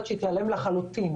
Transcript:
עד שהיא תיעלם לחלוטין.